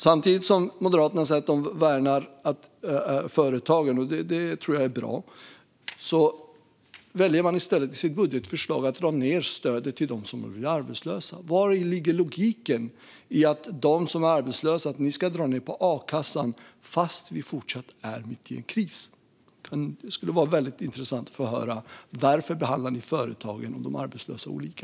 Samtidigt som Moderaterna säger att de värnar företagen - det tror jag är bra - väljer de att i sitt budgetförslag dra ned på stödet till dem som är arbetslösa. Vari ligger logiken i att dra ned på a-kassan för dem som är arbetslösa när vi fortfarande är mitt i en kris? Det skulle vara intressant att få höra varför man behandlar företagen och de arbetslösa olika.